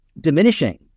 diminishing